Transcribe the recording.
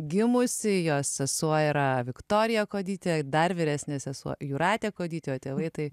gimusi jos sesuo yra viktorija kuodytė dar vyresnė sesuo jūratė kuodytė o tėvai tai